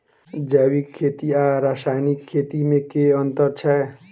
जैविक खेती आ रासायनिक खेती मे केँ अंतर छै?